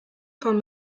von